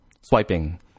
swiping